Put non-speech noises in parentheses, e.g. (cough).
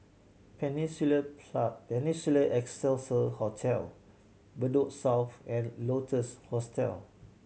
Peninsula (unintelligible) Peninsula Excelsior Hotel Bedok South and Lotus Hostel